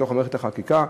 בתוך מערכת החקיקה,